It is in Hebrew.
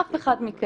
אף אחד מכם,